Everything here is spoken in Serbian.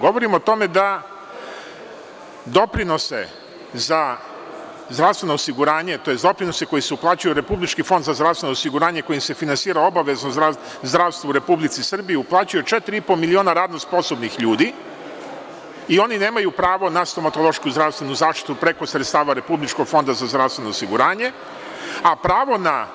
Govorim o tome da doprinose za zdravstveno osiguranje tj. doprinose koji se uplaćuju u Republički fond za zdravstveno osiguranje kojim se finansira obaveza zdravstva u RS, uplaćuje 4,5 miliona radno sposobnih ljudi i oni nemaju pravo na stomatološku zdravstvenu zaštitu preko sredstava Republičkog fonda za zdravstveno osiguranje, a pravo na